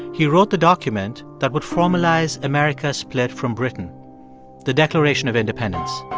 he wrote the document that would formalize america's split from britain the declaration of independence.